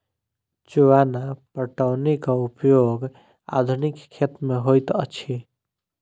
चुआन पटौनीक उपयोग आधुनिक खेत मे होइत अछि